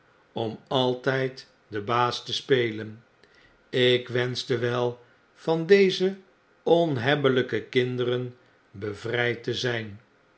om altgd den baas te spelen ikwenschte wel van deze onhebbelgke kinderen bevrgd te zijn